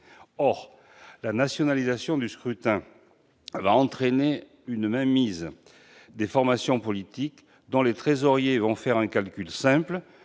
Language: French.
Or la nationalisation du scrutin va entraîner une mainmise des formations politiques, dont les trésoriers vont faire un calcul simple